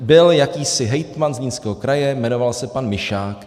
Byl jakýsi hejtman Zlínského kraje, jmenoval se pan Mišák.